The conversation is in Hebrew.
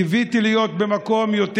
קיוויתי להיות במקום יותר,